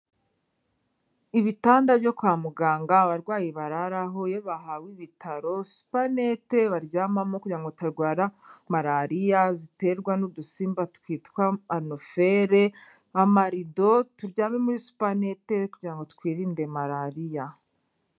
Ibitanda byo kwa muganga abarwayi bararaho iyo bahawe ibitaro, supanete baryamamo kugira ngo batarwara Malariya ziterwa n'udusimba twitwa anofere, amarido, turyame muri supanete kugira ngo twirinde Malariya.